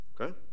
okay